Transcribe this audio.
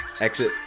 exit